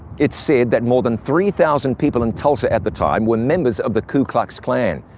it's said that more than three thousand people in tulsa at the time were members of the ku klux klan,